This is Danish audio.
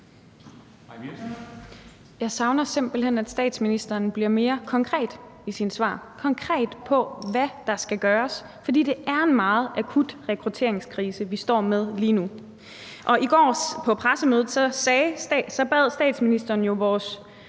Jeg savner simpelt hen, at statsministeren bliver mere konkret i sine svar, konkret på, hvad der skal gøres, for det er en meget akut rekrutteringskrise, vi står med lige nu. Og i går på pressemødet bad statsministeren jo vores